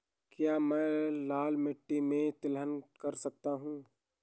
क्या मैं लाल मिट्टी में तिलहन कर सकता हूँ?